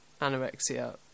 anorexia